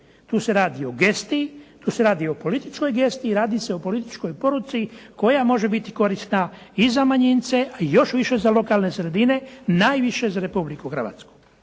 Tu se radi o gesti, tu se radi o političkoj gesti i radi se o političkoj poruci koja može biti korisna i za manjince, a još više za lokalne sredine, naviše za Republiku Hrvatsku.